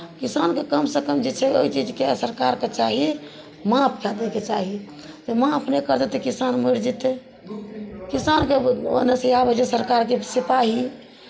किसानके कमसँ कम जे छै ओहि चीजके सरकारकेँ चाही माफ कऽ दैके चाही जे माफ नहि करतै किसान मरि जेतै किसानके ओन्नऽसँ आबै छै सरकारके सिपाही